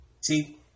See